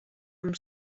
amb